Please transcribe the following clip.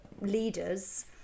leaders